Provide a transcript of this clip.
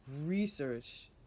research